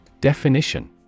Definition